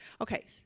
Okay